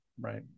Right